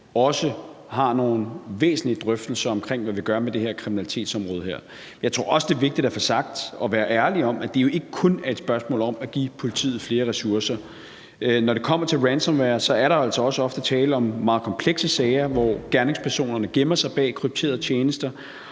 også har nogle væsentlige drøftelser om, hvad vi gør med det her kriminalitetsområde. Jeg tror også, det er vigtigt at få sagt og være ærlig om, at det jo ikke kun er et spørgsmål om at give politiet flere ressourcer. Når det kommer til ransomware, er der altså også ofte tale om meget komplekse sager, hvor gerningspersonerne gemmer sig bag krypterede tjenester.